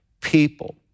people